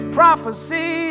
prophecy